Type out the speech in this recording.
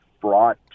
brought